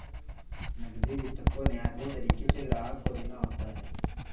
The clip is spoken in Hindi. नकदी वित्त को न्यायपूर्ण तरीके से ग्राहक को देना होता है